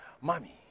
Mommy